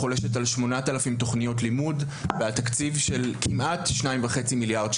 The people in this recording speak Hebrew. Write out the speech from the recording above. חולשת על 8,000 תכניות לימוד ועל תקציב של כמעט 2.5 מיליארד שקלים.